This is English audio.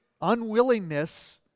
unwillingness